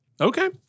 Okay